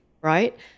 Right